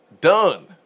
done